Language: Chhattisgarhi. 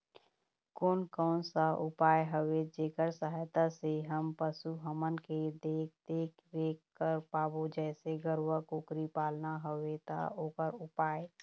कोन कौन सा उपाय हवे जेकर सहायता से हम पशु हमन के देख देख रेख कर पाबो जैसे गरवा कुकरी पालना हवे ता ओकर उपाय?